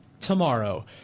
tomorrow